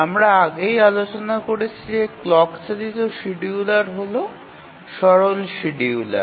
আমরা আগেই আলোচনা করেছি যে ক্লক চালিত শিডিয়ুলার হল সরল শিডিয়ুলার